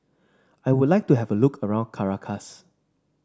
I would like to have a look around Caracas